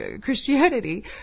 Christianity